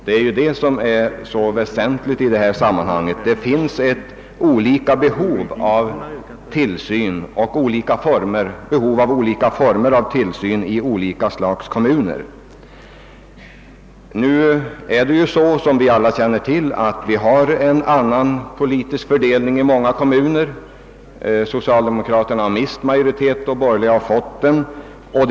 Det är ju detta som är så väsentligt i det här sammanhanget, ty det föreligger behov av olika former av tillsyn i olika slags kommuner. Nu känner vi alla till att det i många kommuner råder nya politiska förhållanden — socialdemokraterna har förlorat majoriteten medan de borgerliga vunnit majoritet.